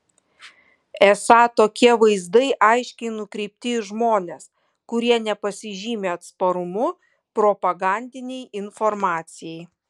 esą tokie vaizdai aiškiai nukreipti į žmones kurie nepasižymi atsparumu propagandinei informacijai